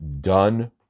done